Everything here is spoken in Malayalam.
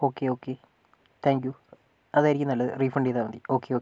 ഓക്കെ ഓക്കെ താങ്ക്യൂ അതായിരിക്കും നല്ലത് റീഫണ്ട് ചെയ്താൽ മതി ഓക്കെ ഓക്കെ